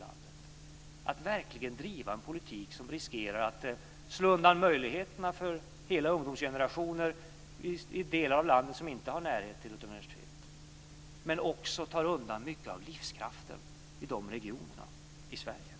Det är att verkligen driva en politik som riskerar att slå undan möjligheterna för hela ungdomsgenerationer i delar av landet som inte har närhet till ett universitet. Det är också att ta bort mycket av livskraften i dessa regioner i Sverige.